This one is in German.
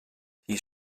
die